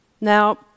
Now